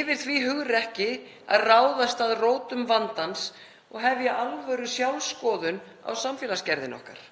yfir því hugrekki að ráðast að rótum vandans og hefja alvörusjálfsskoðun á samfélagsgerðinni okkar?